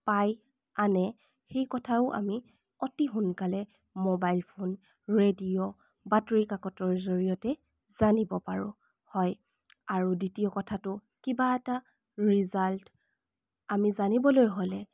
পাই আনে সেই কথাও আমি অতি সোনকালে মোবাইল ফোন ৰেডিঅ' বাতৰি কাকতৰ জৰিয়তে জানিব পাৰোঁ হয় আৰু দ্বিতীয় কথাটো কিবা এটা ৰিজাল্ট আমি জানিবলৈ হ'লে